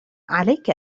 عليك